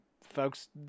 folks